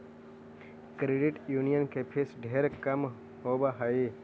credit union के fees ढेर कम होब हई